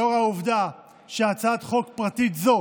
לאור העובדה שהצעת חוק פרטית זו